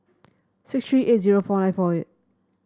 six three eight zero four nine four eight